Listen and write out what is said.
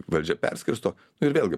valdžia perskirsto ir vėlgi